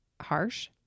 harsh